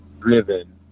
driven